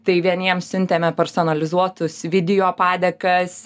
tai vieniems siuntėme personalizuotus video padėkas